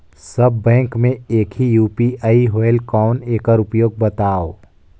सब bank मे एक ही यू.पी.आई होएल कौन एकर उपयोग बताव?